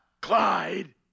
Clyde